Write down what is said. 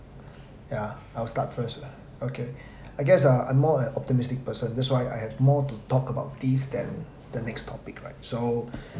yeah I will start first lah okay I guess uh I'm more an optimistic person that's why I have more to talk about this than the next topic right so